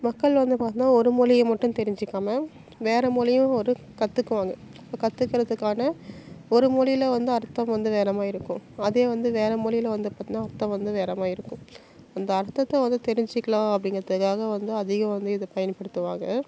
மக்கள் வந்து பார்த்திங்கனா ஒரு மொழியே மட்டும் தெரிஞ்சிக்காமல் வேறு மொழியும் ஒரு கற்றுக்குவாங்க இப்போ கற்றுக்கறதுக்கான ஒரு மொழில வந்து அர்த்தம் வந்து வேறமாதிரி இருக்கும் அதே வந்து வேறு மொழில வந்து பார்த்திங்கனா அர்த்தம் வந்து வேறுமாரி இருக்கும் அந்த அர்த்தத்தை வந்து தெரிஞ்சுக்கலாம் அப்படிங்கறதுக்காக வந்து அதிகம் வந்து இதை பயன்படுத்துவாங்க